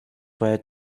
word